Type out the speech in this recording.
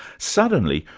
suddenly,